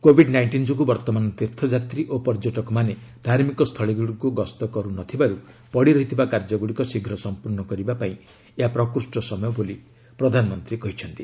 Covid nineteen ଯୋଗୁଁ ବର୍ତ୍ତମାନ ତୀର୍ଥଯାତ୍ରୀ ଓ ପର୍ଯ୍ୟଟକମାନେ ଧାର୍ମିକ ସ୍ଥଳୀଗୁଡ଼ିକୁ ଗସ୍ତ କରୁନଥିବାରୁ ପଡ଼ିରହିଥିବା କାର୍ଯ୍ୟଗୁଡ଼ିକ ଶୀଘ୍ର ସମ୍ପର୍ଣ୍ଣ କରିବା ପାଇଁ ଏହା ପ୍ରକୃଷ୍ଟ ସମୟ ବୋଲି ପ୍ରଧାନମନ୍ତ୍ରୀ କହିଛନ୍ତି